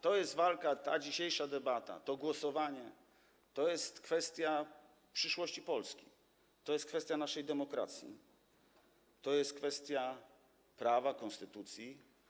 To jest walka, ta dzisiejsza debata, to głosowanie to jest kwestia przyszłości Polski, to jest kwestia naszej demokracji, to jest kwestia prawa, konstytucji.